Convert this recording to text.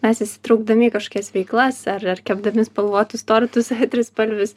mes įsitraukdami į kažkokias veiklas ar ar kepdami spalvotus tortus ar trispalvius